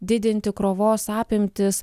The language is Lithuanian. didinti krovos apimtis